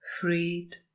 Freed